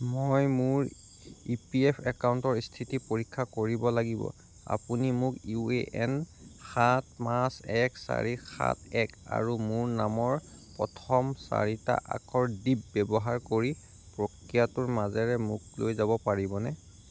মই মোৰ E P F একাউণ্টৰ স্থিতি পৰীক্ষা কৰিব লাগিব আপুনি মোক ইউ এ এন সাত পাঁচ এক চাৰি সাত এক আৰু মোৰ নামৰ প্ৰথম চাৰিটা আখৰ দীপ ব্যৱহাৰ কৰি প্ৰক্ৰিয়াটোৰ মাজেৰে মোক লৈ যাব পাৰিবনে